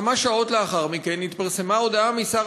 כמה שעות לאחר מכן התפרסמה הודעה מטעם